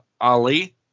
Ali